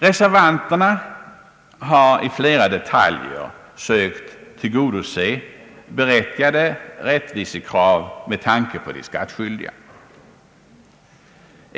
Reservanterna har i flera detaljer sökt tillgodose berättigade rättvisekrav med tanke på de skattskyldiga.